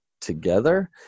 together